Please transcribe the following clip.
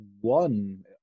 one